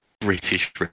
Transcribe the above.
British